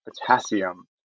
potassium